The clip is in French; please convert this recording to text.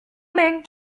main